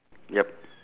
yup